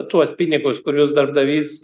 tuos pinigus kuriuos darbdavys